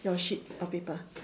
your sheet of paper